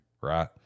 right